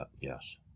yes